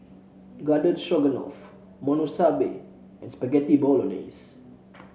Garden Stroganoff Monsunabe and Spaghetti Bolognese